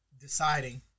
deciding